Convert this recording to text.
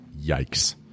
Yikes